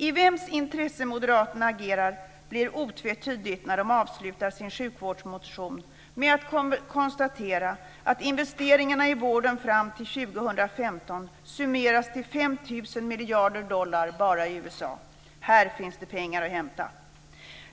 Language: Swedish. I vems intresse Moderaterna agerar blir otvetydigt när de avslutar sin sjukvårdsmotion med att konstatera att investeringarna i vården fram till 2015 summeras till 5 000 miljarder dollar bara i USA. Här finns det pengar att hämta.